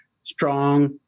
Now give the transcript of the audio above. strong